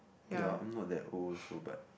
ya I'm not that old so but